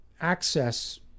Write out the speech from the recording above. access